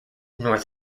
north